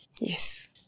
Yes